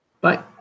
Bye